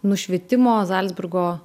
nušvitimo zalcburgo